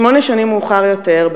שמונה שנים מאוחר יותר,